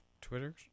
Twitter's